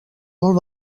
molt